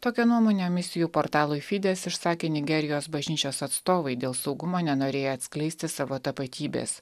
tokią nuomonę emisijų portalui fides išsakė nigerijos bažnyčios atstovai dėl saugumo nenorėję atskleisti savo tapatybės